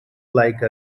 like